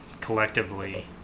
collectively